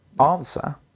Answer